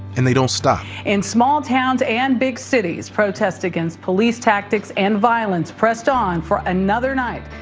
and they don't stop. in small towns and big cities protest against police tactics and violence pressed on for another night,